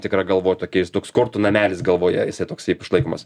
tikra galvoj tokia jis toks kortų namelis galvoje jisai toks kaip išlaikomas